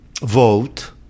vote